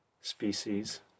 species